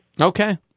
Okay